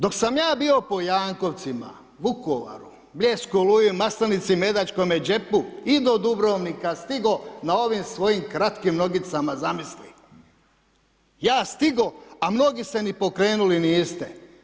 Dok sam ja bio po Jankovcima, Vukovaru, Bljesku, Oluji, Maslenici, Medačkome džepu i do Dubrovnika stigao na ovim svojim kratkim nogicama, zamisli, ja stig'o a mnogi se ni pokrenuli niste.